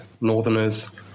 Northerners